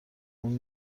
اون